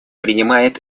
принимает